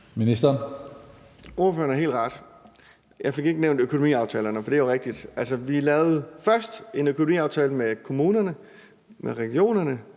Danielsen): Ordføreren har helt ret. Jeg fik ikke nævnt økonomiaftalerne, for det er jo rigtigt. Altså, vi lavede først en økonomiaftale med kommunerne og med regionerne,